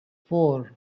four